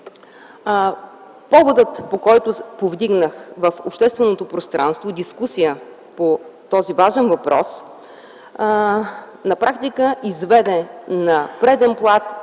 Поводът, по който повдигнах в общественото пространство дискусия по този важен въпрос, на практика изведе на преден план